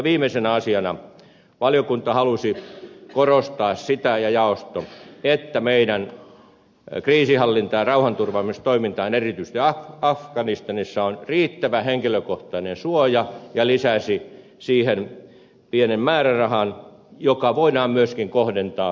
viimeisenä asiana valiokunta ja jaosto halusivat korostaa sitä että meidän kriisinhallinnassa rauhanturvaamistoiminnassa erityisesti afganistanissa on riittävä henkilökohtainen suoja ja lisäsi siihen pienen määrärahan joka voidaan myöskin kohdentaa kotimaisiin hankintoihin